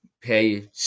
pay